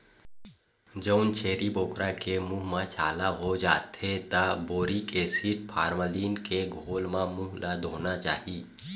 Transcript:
जउन छेरी बोकरा के मूंह म छाला हो जाथे त बोरिक एसिड, फार्मलीन के घोल म मूंह ल धोना चाही